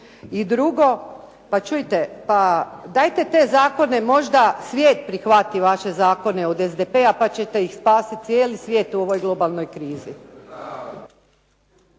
I drugo, pa čujete, pa dajte te zakone, možda svijet prihvati vaše zakone od SDP-a, pa ćete spasiti cijeli svijet u ovoj globalnoj krizi.